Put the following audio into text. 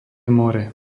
more